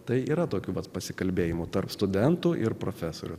tai yra tokių pat pasikalbėjimų tarp studentų ir profesorių